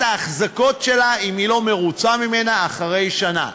האחזקה שלה אם הם לא מרוצים ממנה אחרי שנה.